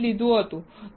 માંથી લીધું હતું